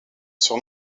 sur